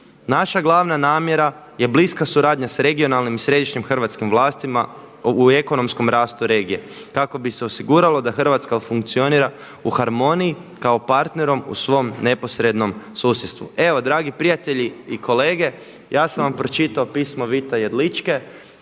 Naša glavna namjera je bliska suradnja sa regionalnim i središnjim hrvatskim vlastima u ekonomskom rastu regije kako bi se osiguralo da Hrvatska funkcionira u harmoniji kao partnerom u svom neposrednom susjedstvu.“ Evo dragi prijatelji i kolege, ja sam vam pročitao pismo Vita Jedličke